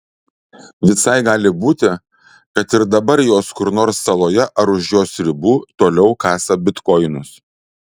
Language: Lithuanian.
visai gali būti kad ir dabar jos kur nors saloje ar už jos ribų toliau kasa bitkoinus